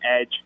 edge